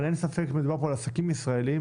אבל אין ספק שמדובר פה על עסקים ישראליים